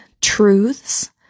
truths